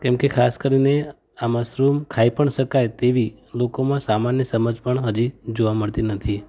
કેમકે ખાસ કરીને આ મશરૂમ ખાઈ પણ શકાય તેવી લોકોમાં સામાન્ય સમજ પણ હજી જોવા મળતી નથી